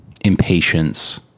impatience